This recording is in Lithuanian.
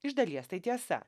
iš dalies tai tiesa